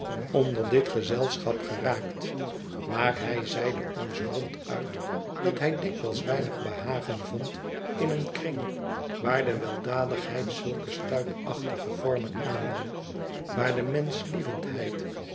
onder dit het verlaten huis gezelschap geraakt maar hij zeide ons ronduit dat hij dikwijls weinig behagen vond in een kring waar de weldadigheid ztilke stuipachtige vormen aannam waar de